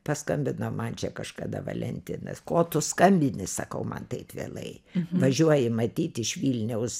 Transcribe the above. paskambina man čia kažkada valentinas ko tu skambini sakau man taip vėlai važiuoji matyt iš vilniaus